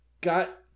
got